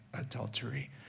adultery